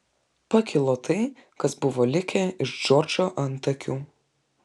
pakilo tai kas buvo likę iš džordžo antakių